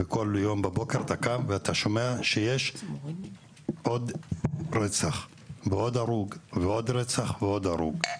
בכל יום בבוקר אתה שומע שיש עוד רצח ועוד הרוג ועוד רצח ועוד הרוג.